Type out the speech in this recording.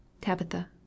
Tabitha